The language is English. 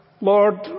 Lord